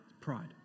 Pride